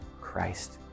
Christ